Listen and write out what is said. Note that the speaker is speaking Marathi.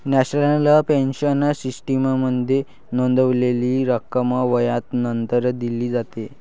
नॅशनल पेन्शन सिस्टीममध्ये नोंदवलेली रक्कम वयानंतर दिली जाते